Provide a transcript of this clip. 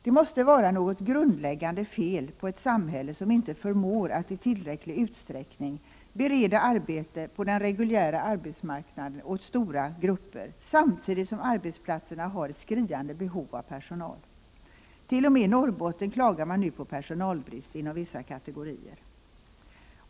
Det måste vara något grundläggande fel på ett samhälle som inte förmår att i tillräcklig utsträckning bereda arbete på den reguljära arbetsmarknaden åt stora grupper, samtidigt som man på arbetsplatserna har ett skriande behov av personal. T.o.m. i Norrbotten klagar man nu på personalbrist inom vissa kategorier.